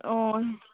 অঁ